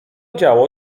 działo